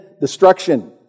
destruction